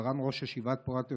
מרן ראש ישיבת פורת יוסף,